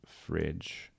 fridge